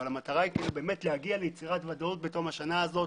אבל המטרה היא באמת להגיע ליצירת ודאות בתום השנה הזו,